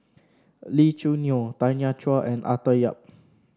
Lee Choo Neo Tanya Chua and Arthur Yap